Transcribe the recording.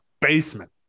basement